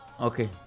okay